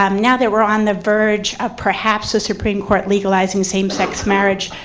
um now that we're on the verge of perhaps a supreme court legalizing same sex marriage,